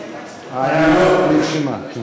ההערה נרשמה.